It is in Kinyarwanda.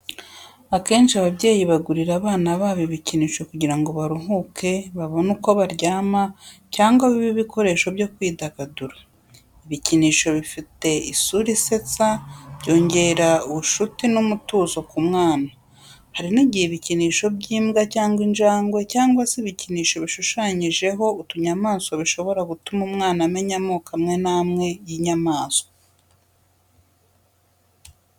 Akenshi ababyeyi bagurira abana babo ibikinisho kugira ngo baruhuke, babone uko baryama, cyangwa bibe ibikoresho byo kwidagadura. Ibikinisho bifite isura isetsa, byongera ubushuti n’umutuzo ku mwana. Hari n’igihe ibikinisho by’imbwa cyangwa injangwe cyangwa se ibikinisho bishushanyijeho utunyamaswa bishobora gutuma umwana amenya amoko amwe n'amwe y'inyamaswa.